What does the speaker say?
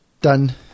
done